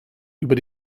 über